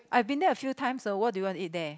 I've been there a few times what do you want to eat there